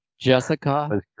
Jessica